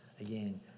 Again